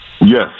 Yes